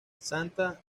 santa